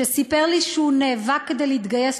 שסיפר לי שהוא נאבק כדי להתגייס,